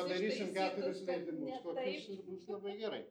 padarysim keturis leidimus kokius ir bus labai gerai